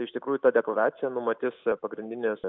iš tikrųjų ta deklaracija numatys pagrindines